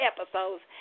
episodes